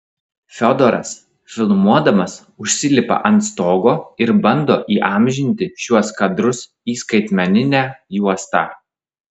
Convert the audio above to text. fiodoras filmuodamas užsilipa ant stogo ir bando įamžinti šiuos kadrus į skaitmeninę juostą